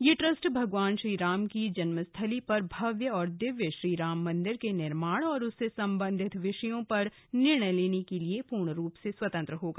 ये ट्रस्ट भगवान श्रीराम की जन्मस्थली पर भव्य और दिव्य श्री राम मंदिर के निर्माण और उससे संबंधित विषयों पर निर्णय लेने के लिए पूर्ण रूप से स्वतंत्र होगा